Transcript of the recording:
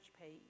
page